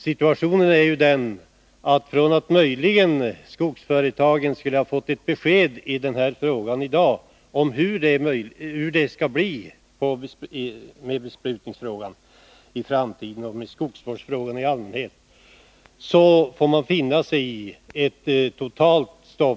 Situationen är ju den att skogsföretagen, som hade väntat sig att de i dag möjligen skulle kunna få ett besked om hur det skall bli med besprutningsfrågan i framtiden Nr 49 och med skogsvårdsfrågan i allmänhet, nu får finna sig i att det blir ett totalt Torsdagen den